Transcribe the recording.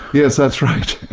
yes, that's right.